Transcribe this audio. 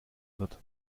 wird